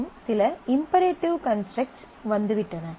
மற்றும் சில imperative constructs வந்துவிட்டன